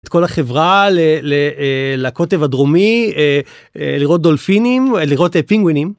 כל החברה לקוטב הדרומי לראות דולפינים לראות פינגווינים.